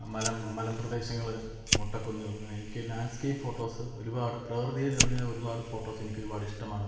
മലം മലംപ്രദേശങ്ങള് മൊട്ടക്കുന്നുകള് എനിക്ക് ലാന്ഡ്സ്കേപ്പ് ഫോട്ടോസ് ഒരുപാട് പ്രകൃതിയെ നിറഞ്ഞ ഒരുപാട് ഫോട്ടോസ് എനിക്ക് ഒരുപാട് ഇഷ്ട്ടമാണ്